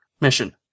mission